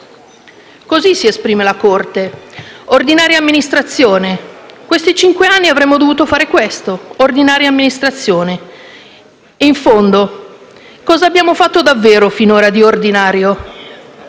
Così si esprime la Corte: ordinaria amministrazione. Questi cinque anni avremmo dovuto fare questo, ordinaria amministrazione. In fondo, cosa abbiamo fatto davvero finora di ordinario?